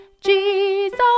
Jesus